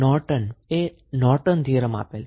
Norton એ Norton theorem આપેલ